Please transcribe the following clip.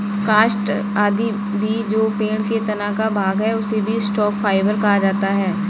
काष्ठ आदि भी जो पेड़ के तना का भाग है, उसे भी स्टॉक फाइवर कहा जाता है